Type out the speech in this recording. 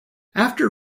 after